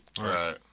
Right